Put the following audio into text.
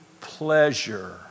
pleasure